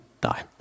die